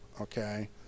okay